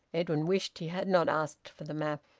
edwin wished he had not asked for the map.